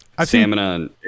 stamina